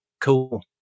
cool